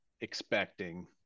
expecting